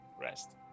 rest